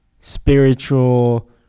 spiritual